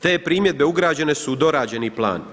Te primjedbe ugrađene su u dorađeni plan.